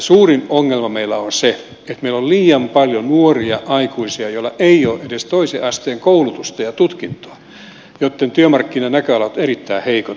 suurin ongelma meillä on se että meillä on liian paljon nuoria aikuisia joilla ei ole edes toisen asteen koulutusta ja tutkintoa ja joitten työmarkkinanäköalat ovat erittäin heikot